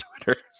Twitter